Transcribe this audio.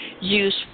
use